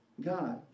God